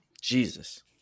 Jesus